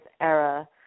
era